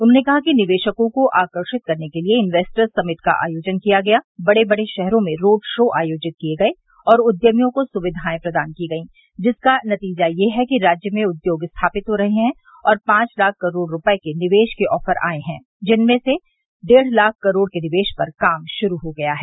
उन्होंने कहा कि निवेशकों को आकर्षित करने के लिये इंवेस्टर्स समिट का आयोजन किया गया बड़े बड़े शहरों में रोड शो आयोजित किये गये और उद्यमियों को सुविधाएं प्रदान की गई जिसका नतीजा यह है कि राज्य में उद्योग स्थापित हो रहे हैं और पांच लाख करोड़ रूपये के निवेश के ऑफर आये हैं जिनमें से डेढ़ लाख करोड़ के निवेश पर काम शुरू हो गया है